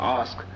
ask